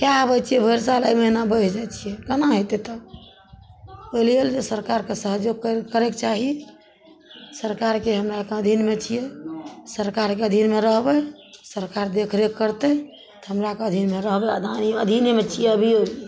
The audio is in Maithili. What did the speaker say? कए आबय छियै भरि साल अइ महीना बहि जाइ छियै केना हेतय तब अइ लिये सरकारके सहयोग करयके चाही सरकारके हम्मे अधीनमे छियै सरकारके अधीनमे रहबय सरकार देख रेख करतय तऽ हमराके अधीनमे रहबय अधीनमे छियै अभी